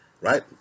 right